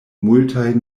multaj